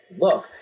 look